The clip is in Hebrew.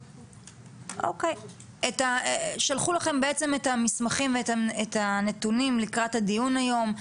שלחו לכם בעצם את המסמכים ואת הנתונים לקראת הדיון היום.